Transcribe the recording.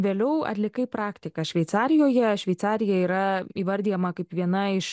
vėliau atlikai praktiką šveicarijoje šveicarija yra įvardijama kaip viena iš